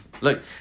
Look